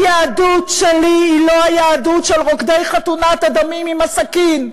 היהדות שלי היא לא היהדות של רוקדי חתונת הדמים עם הסכין,